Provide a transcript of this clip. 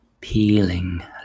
Peeling